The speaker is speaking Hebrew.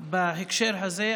בהקשר הזה,